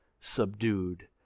subdued